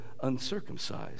uncircumcised